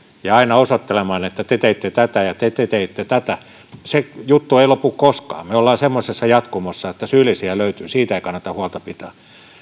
ja aina osoittelemaan että te teitte tätä ja te teitte tätä se juttu ei lopu koskaan me olemme semmoisessa jatkumossa että syyllisiä löytyy siitä ei kannata huolta pitää